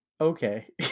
okay